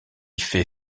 fait